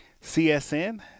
CSN